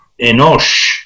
Enosh